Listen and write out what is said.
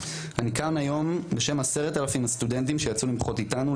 אני כאן היום בשם עשרת אלפים הסטודנטים שיצאו למחות איתנו,